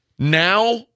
now